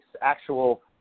actual